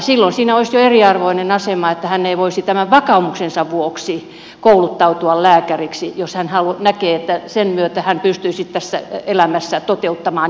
silloin siinä olisi jo eriarvoinen asema että hän ei voisi tämän vakaumuksensa vuoksi kouluttautua lääkäriksi jos hän näkee että sen myötä hän pystyisi tässä elämässä toteuttamaan itseänsä